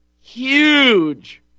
huge